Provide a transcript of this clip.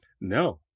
No